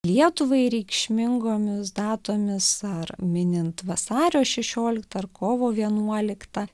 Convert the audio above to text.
lietuvai reikšmingomis datomis ar minint vasario šešioliktą ar kovo vienuoliktą